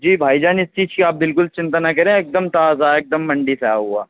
جی بھائی جان اِس چیز كی آپ بالكل چِنتا نہ كریں ایک دم تازہ ہے ایک دم منڈی سے آیا ہُوا